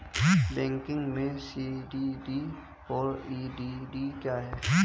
Banking में CDD और EDD क्या हैं?